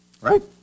Right